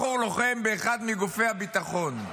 בחור לוחם באחד מגופי הביטחון,